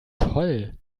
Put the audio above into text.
toll